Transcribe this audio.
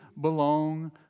belong